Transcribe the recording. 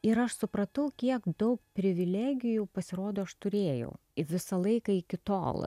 ir aš supratau kiek daug privilegijų pasirodo aš turėjau visą laiką iki tol